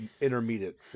intermediate